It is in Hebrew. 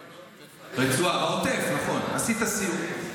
--- בעוטף, נכון, עשית סיור.